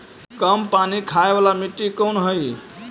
कम पानी खाय वाला मिट्टी कौन हइ?